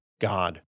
God